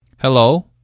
Hello